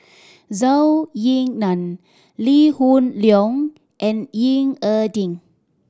Zhou Ying Nan Lee Hoon Leong and Ying E Ding